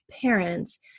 parents